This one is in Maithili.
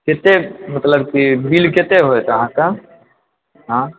कते मतलब की बिल कते होयत अहाँके आँ